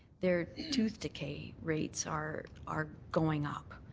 their tooth decay rates are are going up.